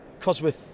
Cosworth